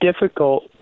difficult